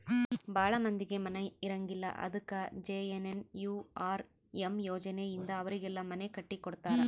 ಭಾಳ ಮಂದಿಗೆ ಮನೆ ಇರಂಗಿಲ್ಲ ಅದಕ ಜೆ.ಎನ್.ಎನ್.ಯು.ಆರ್.ಎಮ್ ಯೋಜನೆ ಇಂದ ಅವರಿಗೆಲ್ಲ ಮನೆ ಕಟ್ಟಿ ಕೊಡ್ತಾರ